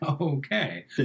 okay